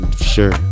Sure